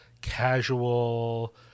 casual